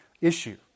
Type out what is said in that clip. issue